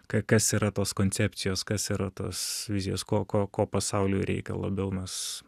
ka kas yra tos koncepcijos kas yra tos vizijos ko ko ko pasauliui reikia labiau mes